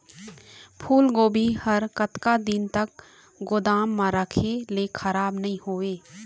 फूलगोभी हर कतका दिन तक गोदाम म रखे ले खराब नई होय?